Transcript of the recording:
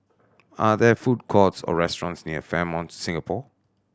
are there food courts or restaurants near Fairmont Singapore